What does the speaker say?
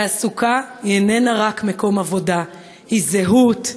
תעסוקה איננה רק מקום עבודה, היא זהות,